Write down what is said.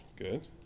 Good